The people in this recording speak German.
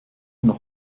nach